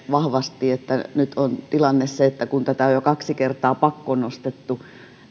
vahvasti että nyt on tilanne se että kun tätä on jo kaksi kertaa pakkonostettu